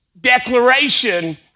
declaration